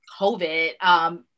COVID